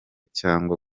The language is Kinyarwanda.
cyangwa